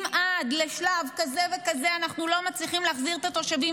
אם עד לשלב כזה וכזה אנחנו לא מצליחים להחזיר את התושבים